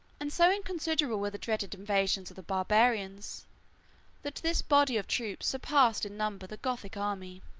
and so inconsiderable were the dreaded invasions of the barbarians that this body of troops surpassed in number the gothic army.